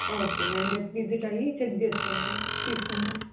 okay మేం రేపు visit అయ్యి చెక్ చేస్తాంలేండి తీసుకుంటాం